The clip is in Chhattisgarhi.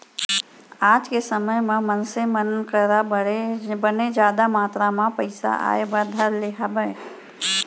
आज के समे म मनसे मन करा बने जादा मातरा म पइसा आय बर धर ले हावय